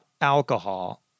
alcohol